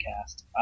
cast